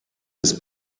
ist